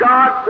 God